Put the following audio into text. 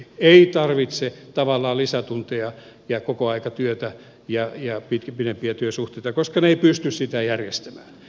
ei tarvitse tavallaan lisätunteja ja kokoaikatyötä ja pidempiä työsuhteita koska ne eivät pysty sitä järjestämään